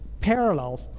parallel